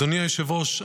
אדוני היושב-ראש,